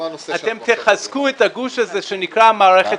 אתם תחזקו את הגוש הזה שנקרא המערכת